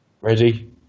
Ready